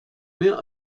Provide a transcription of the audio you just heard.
mehr